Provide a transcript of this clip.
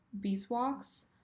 beeswax